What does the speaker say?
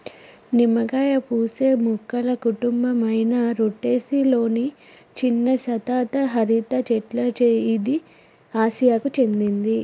నిమ్మకాయ పూసే మొక్కల కుటుంబం అయిన రుటెసి లొని చిన్న సతత హరిత చెట్ల ఇది ఆసియాకు చెందింది